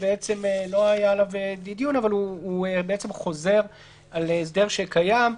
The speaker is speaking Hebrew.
בעצם לא היה עליו דיון אבל הוא חוזר על הסדר שקיים.